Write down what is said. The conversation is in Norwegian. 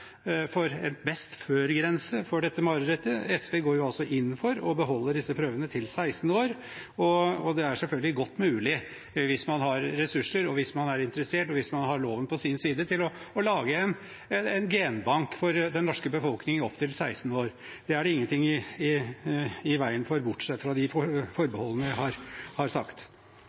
en best før-grense for dette marerittet. SV går inn for å beholde disse prøvene til man er 16 år. Det er selvfølgelig godt mulig, hvis man har ressurser, er interessert og har loven på sin side, å lage en genbank for den norske befolkningen opptil 16 år. Det er det ingenting i veien for, bortsett fra de forbeholdene jeg har